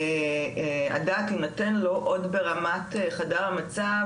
הדעת תינתן לו עוד ברמת חדר המצב,